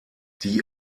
die